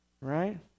Right